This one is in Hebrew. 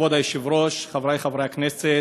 כבוד היושב-ראש, חבריי חברי הכנסת,